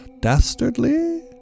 dastardly